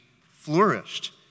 flourished